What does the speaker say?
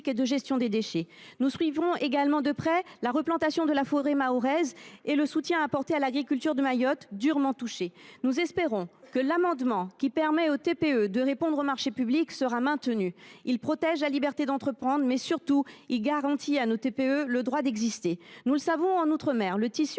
de la gestion des déchets. Nous suivrons également de près la replantation de la forêt mahoraise et le soutien apporté à l’agriculture de Mayotte, durement touchée. Nous espérons que l’article 13 AA, qui permet aux TPE de répondre aux marchés publics, sera maintenu. Il protège la liberté d’entreprendre, mais, surtout, il garantit à ces entreprises le droit d’exister. Nous le savons, le tissu